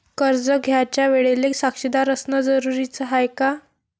कर्ज घ्यायच्या वेळेले साक्षीदार असनं जरुरीच हाय का?